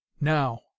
Now